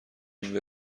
این